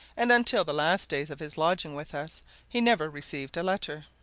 and until the last days of his lodging with us he never received a letter.